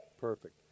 Perfect